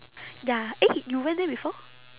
ya eh you went there before